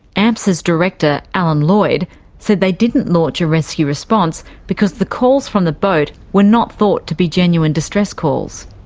amsa's director director alan lloyd said they didn't launch a rescue response because the calls from the boat were not thought to be genuine distress calls.